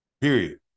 Period